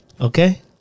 Okay